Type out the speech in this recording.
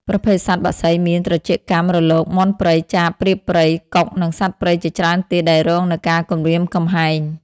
ប្រភេទសត្វបក្សីមាន ត្រចៀកកាំ រលក មាន់ព្រៃ ចាប ព្រាបព្រៃ កុក និងសត្វព្រៃជាច្រើនទៀតដែលរងនូវការគំរាមគំហែង។